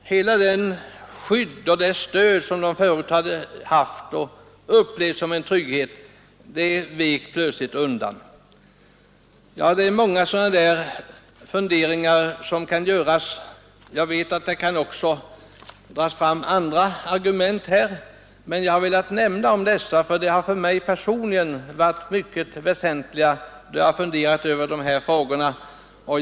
Hela det skydd och det stöd som de - pr förut hade haft och upplevt som en trygghet vek plötsligt undan Aktenskapslagstift i; Det är många sådana här funderingar som kan göras — jag vet att det ningen m.m. också kan dras fram andra argument. Men jag har velat framföra dessa synpunkter eftersom de för mig personligen varit mycket väsentliga då jag funderat över de här frågorna.